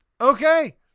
Okay